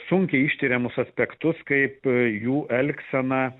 sunkiai ištiriamus aspektus kaip jų elgseną